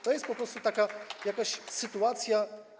To jest po prostu jakaś taka sytuacja.